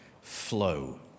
Flow